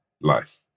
life